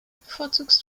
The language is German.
bevorzugst